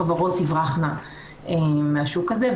חברות תברחנה מהשוק הזה,